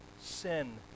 sin